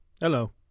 Hello